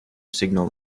signal